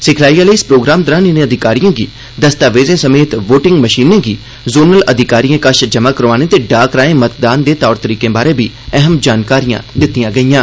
सिखलाई आहले इस प्रोग्राम दौरान इने अधिकारिए गी दस्तावेजें समेत वोटिंग मशीनें गी जोनल अधिकारिए कश जमा करोआने ते डाक राए मतदान दे तौर तरीकें बारै बी अहम जानकारियां दित्तिआं गेईआं